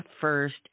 first